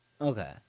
okay